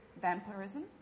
vampirism